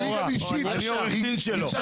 אז אני אחזור, אין לי בעיה.